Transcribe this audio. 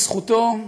בזכותו,